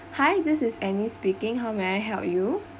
hi this is annie speaking how may I help you